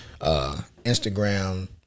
Instagram